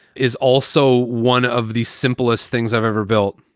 is also one of the simplest things i've ever built.